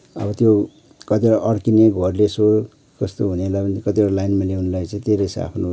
अब त्यो कतिवटा अड्किने घोर्ले सोर कस्तो हुनेलाई कतिवटा लाइनमा ल्याउनको लागि चाहिँ त्यही रहेछ आफ्नो